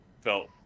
felt